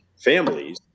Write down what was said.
families